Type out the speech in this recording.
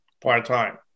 part-time